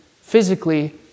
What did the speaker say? physically